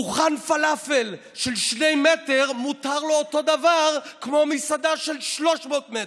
לדוכן פלאפל של שני מטר מותר אותו דבר כמו למסעדה של 300 מטר.